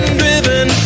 driven